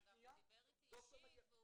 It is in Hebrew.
הוא דיבר איתי באופן אישי,